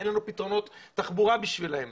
אין להם פתרונות תחבורה עבורם.